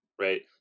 Right